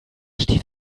steht